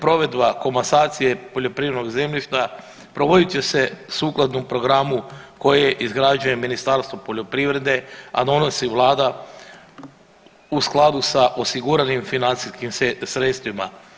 Provedba komasacije poljoprivrednog zemljišta provodit će se sukladno programu koje izgrađuje Ministarstvo poljoprivrede, a donosi vlada u skladu sa osiguranim financijskim sredstvima.